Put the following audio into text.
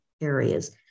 areas